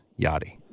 Yachty